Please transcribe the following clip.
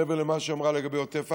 מעבר למה שהיא אמרה לגבי עוטף עזה,